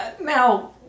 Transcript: Now